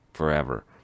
forever